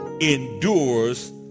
endures